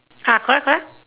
uh correct correct